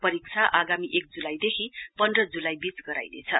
परीक्षा आगामी एक जुलाईदेखि पन्ध जुलाई बीच गराइनेछ